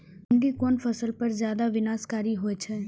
सुंडी कोन फसल पर ज्यादा विनाशकारी होई छै?